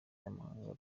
n’amahanga